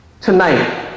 tonight